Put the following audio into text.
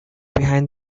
behind